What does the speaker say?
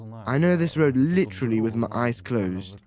i know this road literally with my eyes closed,